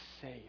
safe